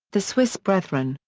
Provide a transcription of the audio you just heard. the swiss brethren,